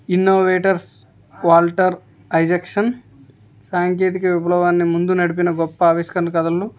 innovators Walter Isaacson సాంకేతిక విప్లవాన్ని ముందు నడిపిన గొప్ప ఆవిష్కరణ కథలు